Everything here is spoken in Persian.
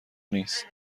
نیست